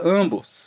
ambos